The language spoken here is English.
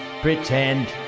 pretend